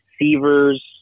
receivers